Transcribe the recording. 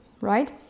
Right